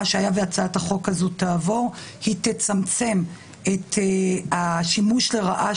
שאם הצעת החוק הזאת תעבור היא תצמצם את השימוש לרעה